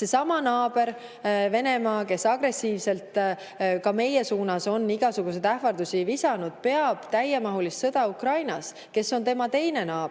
Seesama naaber, Venemaa, kes agressiivselt ka meie suunas on igasuguseid ähvardusi visanud, peab täiemahulist sõda Ukrainas, kes on tema teine naaber,